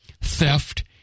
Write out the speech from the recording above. theft